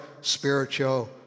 spiritual